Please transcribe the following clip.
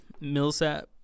Millsap